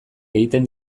egiten